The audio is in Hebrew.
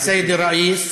א-סייד א-ראיס